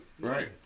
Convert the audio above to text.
Right